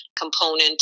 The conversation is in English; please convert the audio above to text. component